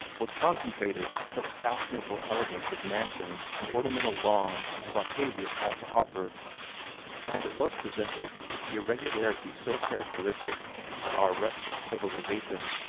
was concentrated such fashionable elegance of mansions and ornamental lawns as octavius had to offer and it was presented with the irregularity so characteristic of our restless civilization.